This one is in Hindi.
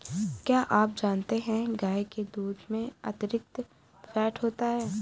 क्या आप जानते है गाय के दूध में अतिरिक्त फैट होता है